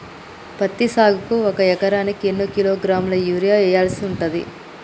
పత్తి సాగుకు ఒక ఎకరానికి ఎన్ని కిలోగ్రాముల యూరియా వెయ్యాల్సి ఉంటది?